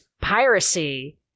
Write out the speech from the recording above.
piracy